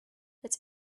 yet